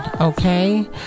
Okay